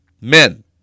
Men